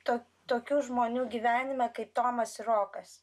to tokių žmonių gyvenime kaip tomas ir rokas